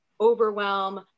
overwhelm